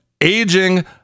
aging